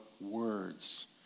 words